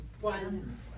One